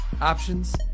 options